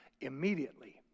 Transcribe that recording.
Immediately